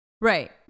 Right